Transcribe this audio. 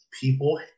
people